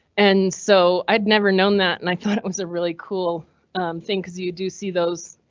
and so i'd never known that and i thought it was a really cool thing. cause you do see those